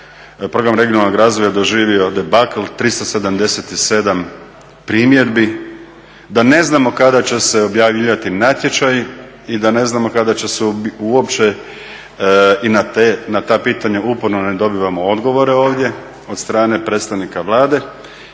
program regionalnog razvoja doživio debakl, 377 primjedbi, da ne znamo kada će se objavljivati natječaji i da ne znamo kada će se uopće i na ta pitanja uporno ne dobivamo odgovore ovdje od strane predstavnika Vlade